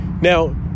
Now